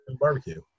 barbecue